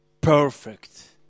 perfect